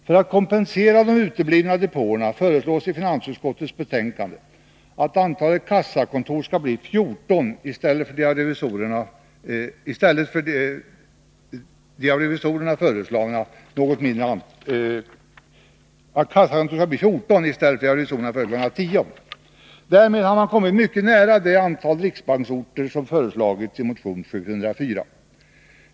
För att kompensera de uteblivna depåerna föreslås i finansutskottets betänkande att antalet kassakontor skall bli 14 i stället för de av revisorerna föreslagna 10. Därmed har man kommit mycket nära det antal riksbanksorter som föreslagits i motion 704.